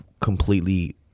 completely